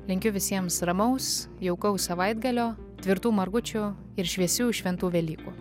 linkiu visiems ramaus jaukaus savaitgalio tvirtų margučių ir šviesių šventų velykų